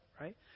right